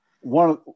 one